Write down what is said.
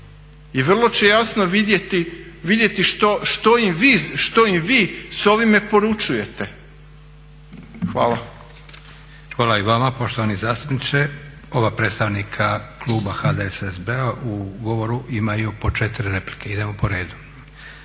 i vrlo će jasno vidjeti što im vi s ovime poručujete. Hvala. **Leko, Josip (SDP)** Hvala i vama poštovani zastupniče. Oba predstavnika kluba HDSSB-a u govoru imaju po 4 replike. Idemo po redu.